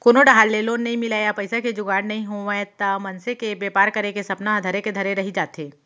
कोनो डाहर ले लोन नइ मिलय या पइसा के जुगाड़ नइ होवय त मनसे के बेपार करे के सपना ह धरे के धरे रही जाथे